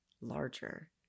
larger